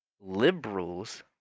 liberals